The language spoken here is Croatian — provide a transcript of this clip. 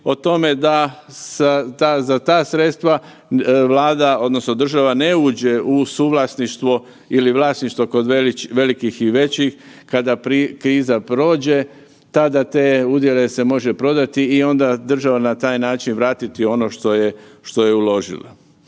o tome da za ta sredstva Vlada odnosno država ne uđe u suvlasništvo ili vlasništvo kod velikih i većih. Kada kriza prođe onda tada te udjele se može prodati i onda država na taj način vratiti ono što je uložila.